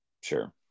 Sure